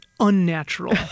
unnatural